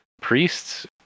priests